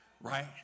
right